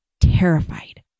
terrified